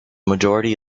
majority